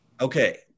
Okay